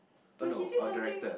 but he did something